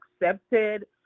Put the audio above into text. accepted